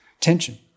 tension